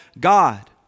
God